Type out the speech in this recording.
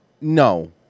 no